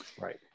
Right